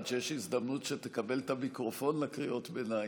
עד שיש הזדמנות שתקבל את המיקרופון לקריאות ביניים,